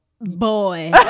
boy